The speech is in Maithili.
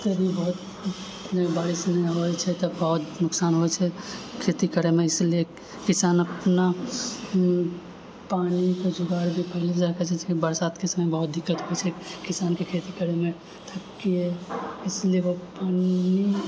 के लिए बहुत भारी बारिश नहि होइ छै तऽ बहुत नुकसान होइ छै खेती करैमे इसीलिए किसान अपना पानीके जोगाड़ जे पहिलेसँ जाके जे छै बरसातके समयमे बहुत दिक्कत होइ छै किसानके खेती करैमे तब कि अइ इसलिए ओ पानी